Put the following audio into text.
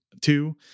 two